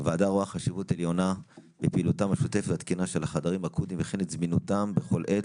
אמרתי שהדברים האלה